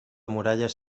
muralles